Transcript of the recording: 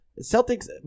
Celtics